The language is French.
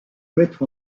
mettre